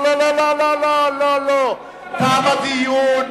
תם הדיון.